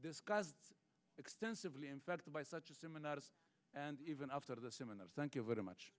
discussed extensively in fact by such a seminar and even after the seminar thank you very much